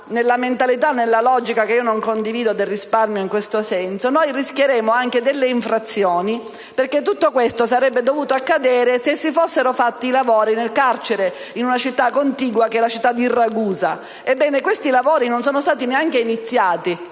nella mentalità e nella logica, che io non condivido, del risparmio in questo senso) rischieremo anche delle infrazioni. Infatti, tutto ciò non sarebbe dovuto accadere se si fossero fatti i lavori nel carcere della città contigua di Ragusa; ebbene, quei lavori non sono stati neanche iniziati.